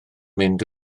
mynd